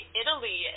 italy